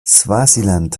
swasiland